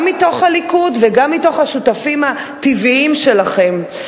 גם מתוך הליכוד וגם מתוך השותפים הטבעיים שלכם.